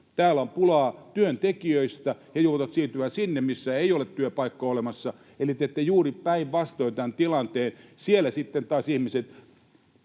Täällä on pulaa työntekijöistä, ja he joutuvat siirtymään sinne, missä ei ole työpaikkoja olemassa, eli teette juuri päinvastoin tämän tilanteen. Siellä sitten taas ihmiset